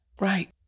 Right